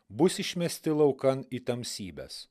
bus išmesti laukan į tamsybes